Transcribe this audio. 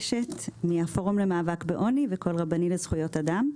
הפורום למאבק בעוני ורבנים לזכויות אדם.